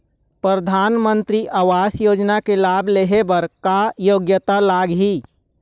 परधानमंतरी आवास योजना के लाभ ले हे बर का योग्यता लाग ही?